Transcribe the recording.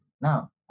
Now